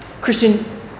Christian